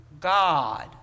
God